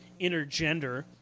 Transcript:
intergender